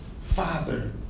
Father